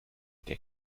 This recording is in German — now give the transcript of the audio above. der